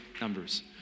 numbers